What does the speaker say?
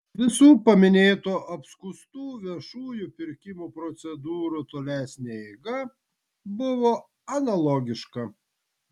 visų paminėtų apskųstų viešųjų pirkimų procedūrų tolesnė eiga buvo analogiška